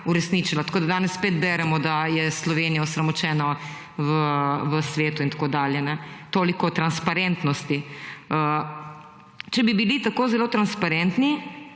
uresničila, tako da danes spet beremo, da je Slovenija osramočena v svetu, itd. Toliko o transparentnosti. Če bi bili tako zelo transparentni,